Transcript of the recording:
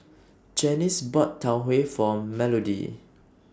Janice bought Tau Huay For Melodie